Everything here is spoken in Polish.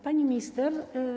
Pani Minister!